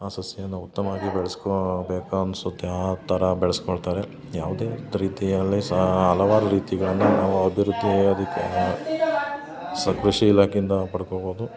ಆ ಸಸಿಯನ್ನ ಉತ್ತಮವಾಗಿ ಬೆಳ್ಸ್ಕೋಬೇಕು ಅನ್ಸುತ್ತೆ ಆ ಥರ ಬೆಳ್ಸ್ಕೊಳ್ತಾರೆ ಯಾವುದೇ ರೀತಿಯಲ್ಲಿ ಸಾ ಹಲವಾರು ರೀತಿಗಳನ್ನ ನಾವು ಅಭಿವೃದ್ಧಿ ಅದಕ್ಕೆ ಸ್ ಕೃಷಿ ಇಲಾಖೆಯಿಂದ ಪಡ್ಕೊಳ್ಬೋದು